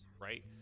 right